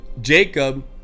Jacob